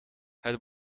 het